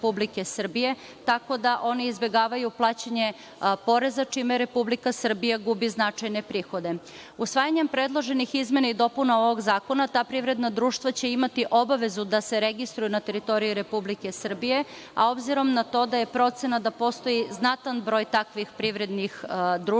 tako da oni izbegavaju plaćanje poreza, čime Republika Srbija gubi značajne prihode. Usvajanjem predloženih izmena i dopuna ovog zakona ta privredna društva će imati obavezu da se registruju na teritoriji Republike Srbije, a obzirom na to da je procena da postoji znatan broj takvih privrednih društava,